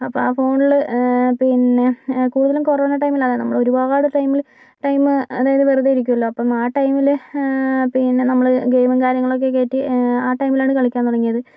അപ്പോൾ ആ ഫോണില് പിന്നെ കൂടുതലും കൊറോണ ടൈമിലാണ് നമ്മള് ഒരുപാട് ടൈമില് ടൈമ് അതായത് വെറുതെ ഇരിക്കുവാണല്ലോ അപ്പം ആ ടൈമില് പിന്നെ നമ്മള് ഗെയിമും കാര്യങ്ങളൊക്കെ കേറ്റി ആ ടൈമിലാണ് കളിക്കാൻ തുടങ്ങിയത്